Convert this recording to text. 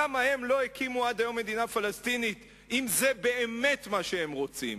למה הם לא הקימו עד היום מדינה פלסטינית אם זה באמת מה שהם רוצים?